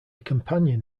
companion